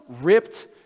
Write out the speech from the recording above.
ripped